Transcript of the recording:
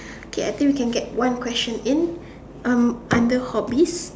okay I think we can get one question in um under hobbies